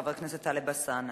חבר הכנסת טלב אלסאנע.